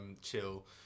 chill